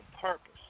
purpose